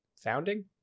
founding